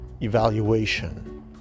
evaluation